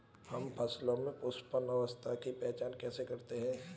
हम फसलों में पुष्पन अवस्था की पहचान कैसे करते हैं?